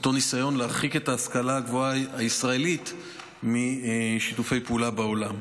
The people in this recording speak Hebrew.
ניסיון להרחיק את ההשכלה הגבוהה הישראלית משיתופי פעולה בעולם.